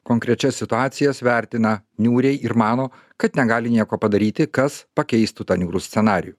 konkrečias situacijas vertina niūriai ir mano kad negali nieko padaryti kas pakeistų tą niūrų scenarijų